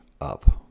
up